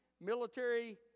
military